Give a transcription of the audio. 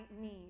need